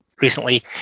recently